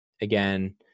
Again